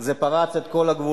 זה פרץ את כל הגבולות,